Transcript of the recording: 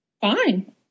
Fine